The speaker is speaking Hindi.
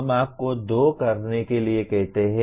हम आपको दो करने के लिए कहते हैं